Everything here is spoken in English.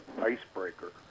icebreaker